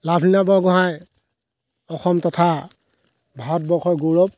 লাভলীনা বৰগোহাঁই অসম তথা ভাৰতবৰ্ষৰ গৌৰৱ